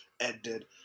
ended